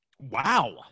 Wow